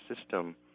system